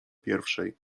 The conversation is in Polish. pierwszej